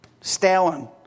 Stalin